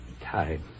Time